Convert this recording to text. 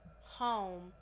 home